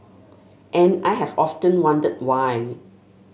and I have often wondered why